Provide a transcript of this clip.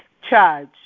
charge